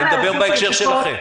אני מדבר בהקשר שלכם.